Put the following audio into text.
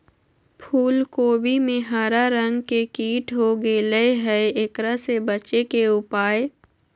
फूल कोबी में हरा रंग के कीट हो गेलै हैं, एकरा से बचे के उपाय?